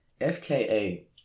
FKA